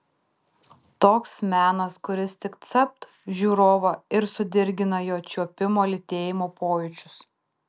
toks menas kuris tik capt žiūrovą ir sudirgina jo čiuopimo lytėjimo pojūčius